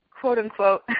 quote-unquote